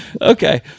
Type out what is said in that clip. Okay